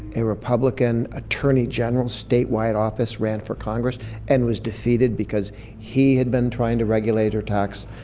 a republican attorney general statewide office ran for congress and was defeated because he had been trying to regulate or tax,